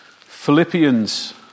Philippians